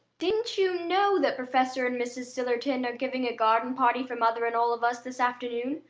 didn't you know that professor and mrs. sillerton are giving a garden-party for mother and all of us this afternoon?